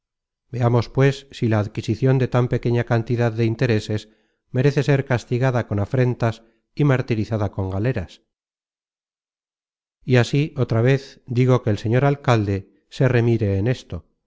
veamos pues si la adquisicion de tan pequeña cantidad de intereses merece ser castigada con afrentas y martirizada con galeras y así otra vez digo que el señor alcalde se remire en esto